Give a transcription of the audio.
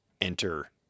enter